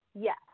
Yes